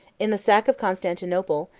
in the sack of constantinople,